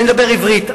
אני מדבר עברית.